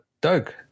doug